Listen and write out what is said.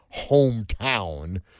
hometown